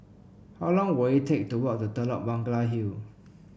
how long will it take to walk to Telok Blangah Hill